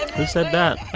who said that?